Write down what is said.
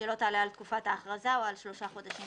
שלא תעלה על תקופת ההכרזה או על שלושה חודשים,